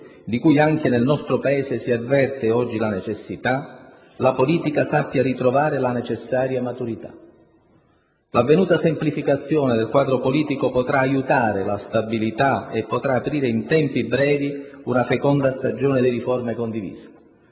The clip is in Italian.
di cui anche nel nostro Paese si avverte oggi la necessità, la politica sappia ritrovare la necessaria maturità. L'avvenuta semplificazione del quadro politico potrà aiutare la stabilità e potrà aprire, in tempi brevi, una feconda stagione di riforme condivise.